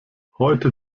heute